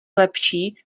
lepší